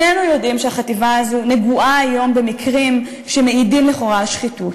שנינו יודעים שהחטיבה הזאת נגועה היום במקרים שמעידים לכאורה על שחיתות.